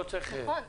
נכון,